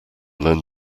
learn